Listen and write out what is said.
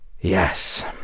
Yes